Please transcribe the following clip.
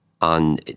on